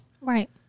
right